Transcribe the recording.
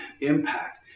impact